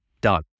done